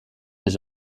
his